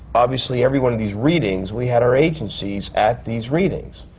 obviously every one of these readings, we had our agencies at these readings.